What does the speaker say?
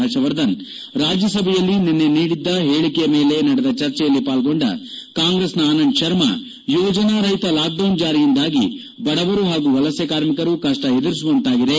ಪರ್ಷವರ್ಧನ್ ರಾಜ್ಯಸಭೆಯಲ್ಲಿ ನಿನ್ನೆ ನೀಡಿದ್ದ ಹೇಳೆಯ ಮೇಲೆ ನಡೆದ ಚರ್ಚೆಯಲ್ಲಿ ಪಾಲ್ಗೊಂಡ ಕಾಂಗ್ರೆಸ್ನ ಆನಂದ್ ಶರ್ಮ ಯೋಜನಾ ರಹಿತ ಲಾಕ್ಡೌನ್ ಜಾರಿಯಿಂದಾಗಿ ಬಡವರು ಹಾಗೂ ವಲಸೆ ಕಾರ್ಮಿಕರು ಕಷ್ಟ ಎದುರಿಸುವಂತಾಗಿದೆ